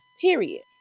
Period